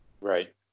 Right